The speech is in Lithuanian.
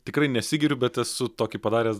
tikrai nesigiriu bet esu tokį padaręs